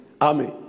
Amen